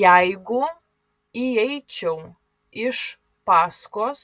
jeigu įeičiau iš paskos